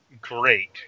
great